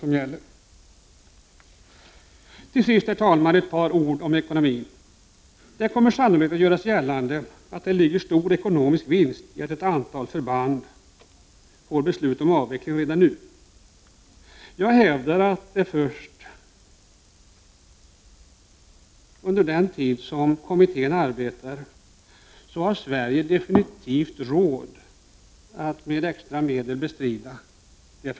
Den svenska försvarspolitiken har hittills kännetecknats av en seriös vilja att finna samförståndslösningar. Detta har främjat den allmänna försvarsviljan hos allmänheten men också ett gott samarbete med alla de myndigheter som ingår i försvarsorganisationen.